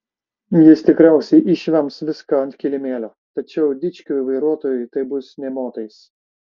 jis tikriausiai išvems viską ant kilimėlio tačiau dičkiui vairuotojui tai bus nė motais